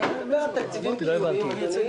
אני מדבר על תקציבים חיוניים.